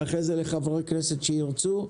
ואחרי זה לחברי הכנסת שירצו,